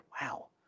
Wow